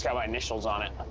yeah my initials on it.